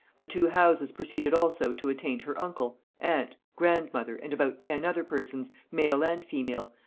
the two houses proceeded also to attaint her uncle, aunt, grandmother, and about ten other persons, male and female,